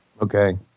Okay